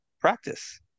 practice